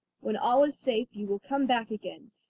when all is safe you will come back again,